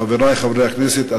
חברי חברי הכנסת,